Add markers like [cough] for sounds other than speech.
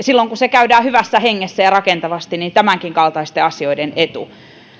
[unintelligible] silloin kun se käydään hyvässä hengessä ja rakentavasti ovat monesti tämänkaltaistenkin asioiden etu